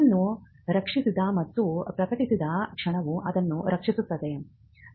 ಅದನ್ನು ರಚಿಸಿದ ಮತ್ತು ಪ್ರಕಟಿಸಿದ ಕ್ಷಣವು ಅದನ್ನು ರಕ್ಷಿಸುತ್ತದೆ